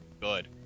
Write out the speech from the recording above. Good